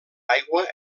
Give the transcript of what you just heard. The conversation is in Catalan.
aigua